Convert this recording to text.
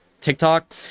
TikTok